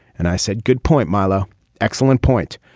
and i said good point milo excellent point.